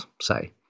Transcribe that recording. say